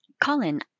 Colin